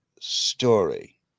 story